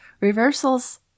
Reversals